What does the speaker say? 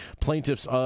Plaintiffs